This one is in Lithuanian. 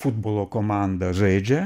futbolo komanda žaidžia